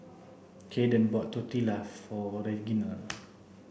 Kaeden bought Tortillas for Reginal